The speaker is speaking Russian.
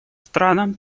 странам